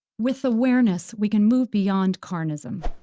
with awareness, we can move beyond carnism.